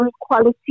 quality